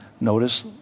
Notice